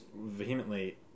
vehemently